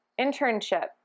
internship